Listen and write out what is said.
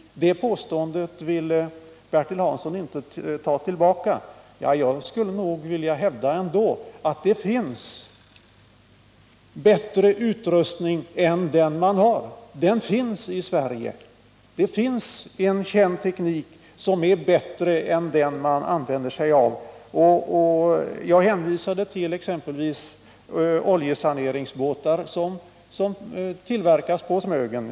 Påståendet att så skulle vara fallet ville Bertil Hansson inte ta tillbaka. Jag skulle nog ändå vilja hävda att det i Sverige finns bättre utrustning än den som används. Det finns en känd teknik som är bättre än den man använder sig av, och jag hänvisade till exempelvis oljesaneringsbåtar som tillverkas på Smögen.